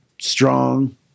strong